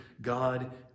God